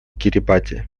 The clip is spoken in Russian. кирибати